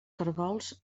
caragols